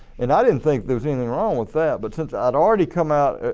and i didn't think there was anything wrong with that but since i had already come out